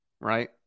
right